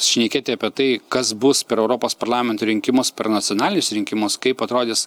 šnekėti apie tai kas bus per europos parlamento rinkimus per nacionalinius rinkimus kaip atrodys